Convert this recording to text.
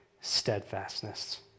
steadfastness